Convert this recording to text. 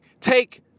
take